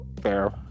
fair